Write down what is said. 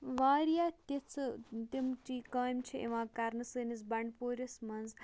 واریاہ تِژھٕ تِم کامہِ چھ یِوان کَرنہٕ سٲنِس بَنٛڈپوٗرِس منٛز